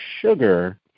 sugar